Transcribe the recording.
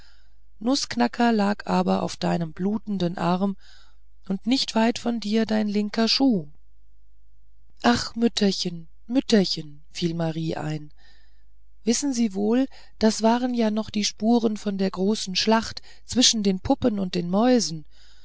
nußknacker lag aber auf deinem blutenden arme und nicht weit von dir dein linker schuh ach mütterchen mütterchen fiel marie ein sehen sie wohl das waren ja noch die spuren von der großen schlacht zwischen den puppen und mäusen